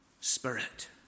spirit